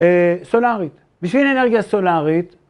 סולרית, בשביל אנרגיה סולרית